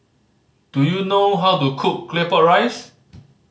do you know how to cook Claypot Rice